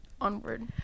onward